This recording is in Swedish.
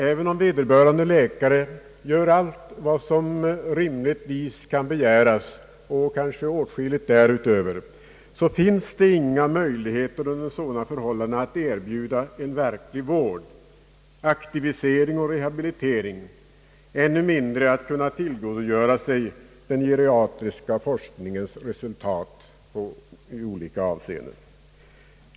Även om vederbörande läkare gör allt vad som rimligtvis kan begäras och kanske åtskilligt därutöver, finns det under sådana förhållanden givetvis inga möjligheter att erbjuda en verklig vård, aktivisering och rehabilitering; ännu mindre att kunna tillgodogöra sig den geriatriska forskningens resultat i olika avseenden.